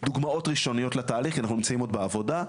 דוגמאות ראשוניות לתהליך כי אנחנו נמצאים עוד בעבודה,